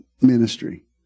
ministry